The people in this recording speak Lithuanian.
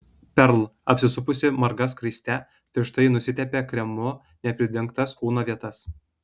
perl apsisupusi marga skraiste tirštai nusitepė kremu nepridengtas kūno vietas